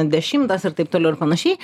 dešimtas ir taip toliau ir panašiai